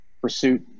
pursuit